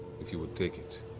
if you will take it.